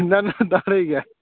ना ना दाढ़े गी गै